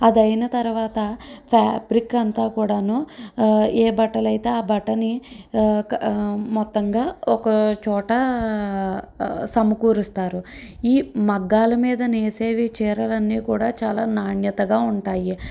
అది అయిన తర్వాత ఫ్యాబ్రిక్ అంతా కూడాను ఏ బట్టలు అయితే ఆ బట్టని మొత్తంగా ఒక చోట సమకూరుస్తారు ఈ మగ్గాల మీద నేసేవి చీరలన్నీ కూడా చాలా నాణ్యతగా ఉంటాయి